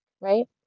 right